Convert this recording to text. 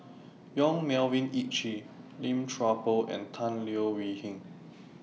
Yong Melvin Yik Chye Lim Chuan Poh and Tan Leo Wee Hin